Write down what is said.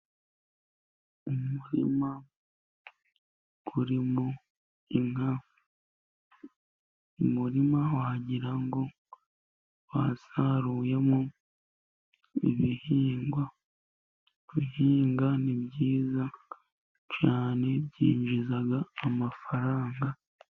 Umurima urimo inka, umurima wagira ngo wasaruwemo ibihingwa. Guhinga ni byiza cyane, byinjiza amafaranga.